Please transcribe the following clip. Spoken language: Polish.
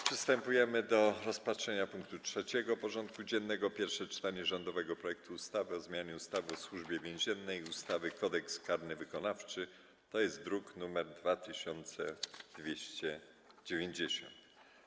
Przystępujemy do rozpatrzenia punktu 3. porządku dziennego: Pierwsze czytanie rządowego projektu ustawy o zmianie ustawy o Służbie Więziennej i ustawy Kodeks karny wykonawczy (druk nr 2290)